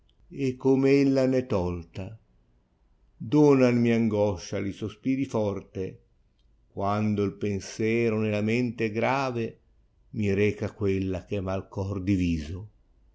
e come ella d è tolta donanmi angoscia gli sospiri forte quando il penserò nella mente pye mi reca qaella che m ha il cor diviso